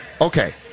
Okay